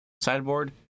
Sideboard